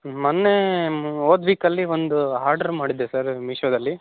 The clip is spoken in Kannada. ಮೊನ್ನೆ ಮ್ ಹೋದ್ ವೀಕಲ್ಲಿ ಒಂದು ಹಾರ್ಡ್ರ್ ಮಾಡಿದ್ದೆ ಸರ್ ಮೀಶೋದಲ್ಲಿ